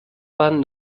bahn